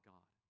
God